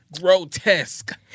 Grotesque